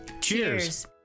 Cheers